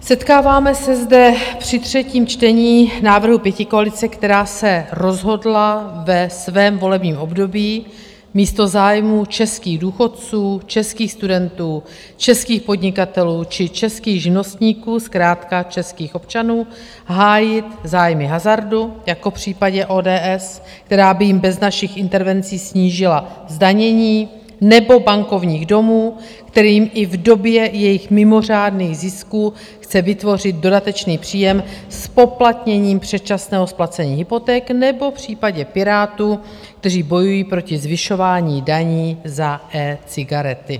setkáváme se zde při třetím čtení návrhu pětikoalice, která se rozhodla ve svém volebním období místo zájmů českých důchodců, českých studentů, českých podnikatelů či českých živnostníků, zkrátka českých občanů, hájit zájmy hazardu jako v případě ODS, která by jim bez našich intervencí snížila zdanění, nebo bankovních domů, kterým i v době jejich mimořádných zisků chce vytvořit dodatečný příjem zpoplatněním předčasného splacení hypoték nebo v případě Pirátů, kteří bojují proti zvyšování daní za ecigarety.